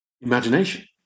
imagination